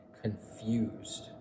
confused